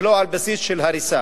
ולא על בסיס של הריסה.